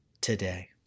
today